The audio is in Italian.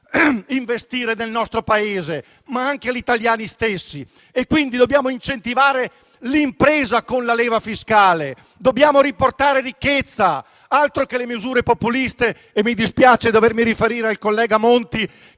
investire nel nostro Paese, ma anche agli italiani stessi e, quindi, dobbiamo incentivare l'impresa con la leva fiscale. Dobbiamo riportare ricchezza. Altro che misure populiste! Mi dispiace dovermi riferire al collega Monti